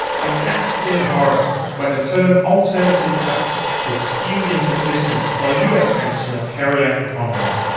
i gasped in horror when the term alternative facts was spewed into existence by us counsellor, kerryanne conway.